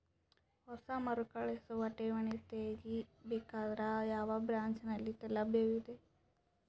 ಹೊಸ ಮರುಕಳಿಸುವ ಠೇವಣಿ ತೇಗಿ ಬೇಕಾದರ ಯಾವ ಬ್ರಾಂಚ್ ನಲ್ಲಿ ಲಭ್ಯವಿದೆ?